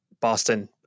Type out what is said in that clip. Boston